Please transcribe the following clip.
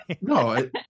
No